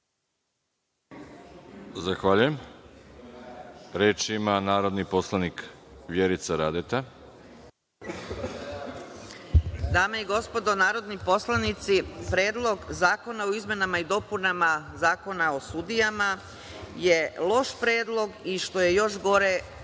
Zahvaljujem. Reč ima narodni poslanik Vjerica Radeta. **Vjerica Radeta** Dame i gospodo narodni poslanici, Predlog zakona o izmenama i dopunama Zakona o sudijama je loš predlog i, što je još gore,